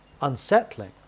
unsettling